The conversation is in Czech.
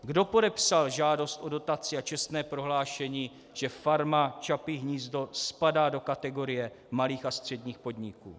Kdo podepsal žádost o dotaci a čestné prohlášení, že Farma Čapí hnízdo spadá do kategorie malých a středních podniků?